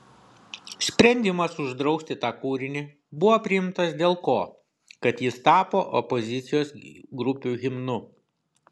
sprendimas uždrausti tą kūrinį buvo priimtas dėl ko kad jis tapo opozicijos grupių himnu